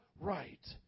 right